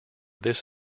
this